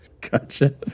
Gotcha